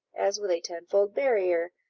as with a tenfold barrier,